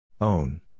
Own